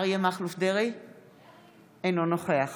אינו נוכח